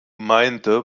meinte